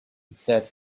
instead